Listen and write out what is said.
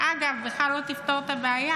שאגב בכלל לא תפתור את הבעיה,